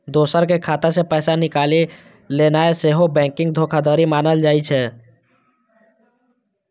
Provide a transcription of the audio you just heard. दोसरक खाता सं पैसा निकालि लेनाय सेहो बैंकिंग धोखाधड़ी मानल जाइ छै